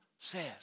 says